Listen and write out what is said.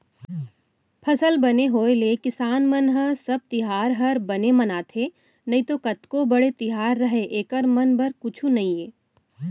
फसल बने होय ले किसान मन ह सब तिहार हर बने मनाथे नइतो कतको बड़े तिहार रहय एकर मन बर कुछु नइये